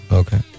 okay